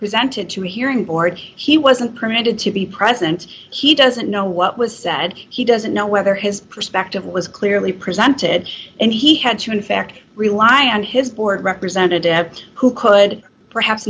who sent it to a hearing board he wasn't permitted to be present he doesn't know what was said he doesn't know whether his perspective was clearly presented and he had to in fact rely on his board representative who could perhaps